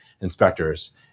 inspectors